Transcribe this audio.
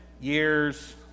years